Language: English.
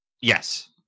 Yes